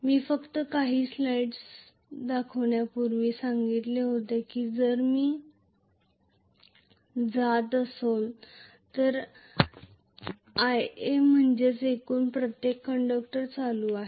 मी फक्त काही स्लाइड्स दाखवण्यापूर्वी सांगितले आहे की जर मी जात असलो तर आयए म्हणजे एकूण प्रत्येक कंडक्टर करंट आहे